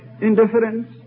indifference